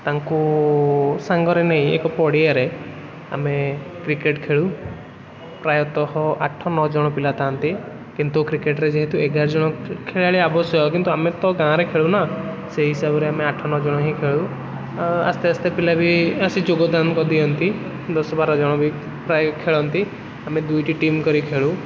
ତାଙ୍କୁ ସାଙ୍ଗରେ ନେଇ ଏକ ପଡ଼ିଆରେ ଆମେ କ୍ରିକେଟ୍ ଖେଳୁ ପ୍ରାୟତଃ ଆଠ ନଅଜଣ ପିଲା ଥାଆନ୍ତି କିନ୍ତୁ କ୍ରିକେଟ୍ରେ ଯେହେତୁ ଏଗାରଜଣ ଖେଳାଳି ଆବଶ୍ୟକ କିନ୍ତୁ ଆମେ ତ ଗାଁରେ ଖେଳୁ ନା ସେଇ ହିସାବରେ ଆମେ ଆଠ ନଅ ଜଣ ହିଁ ଖେଳୁ ଅ ଆସ୍ତେ ଆସ୍ତେ ପିଲା ବି ଆସି ଯୋଗଦାନ ଦିଅନ୍ତି ଦଶ ବାରଜଣ ବି ପ୍ରାୟ ଖେଳନ୍ତି ଆମେ ଦୁଇଟି ଟିମ୍ କରିକି ଖେଳୁ